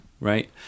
Right